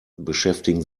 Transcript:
beschäftigen